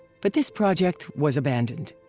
but this project was abandoned.